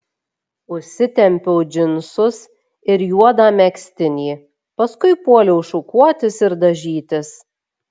užsitempiau džinsus ir juodą megztinį paskui puoliau šukuotis ir dažytis